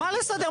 מה לסדר?